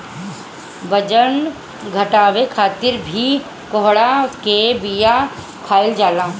बजन घटावे खातिर भी कोहड़ा के बिया खाईल जाला